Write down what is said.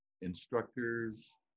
instructors